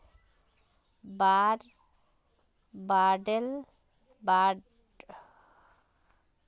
वार बांडेर स्थिति दुनियार पहला लड़ाईर समयेत हल छेक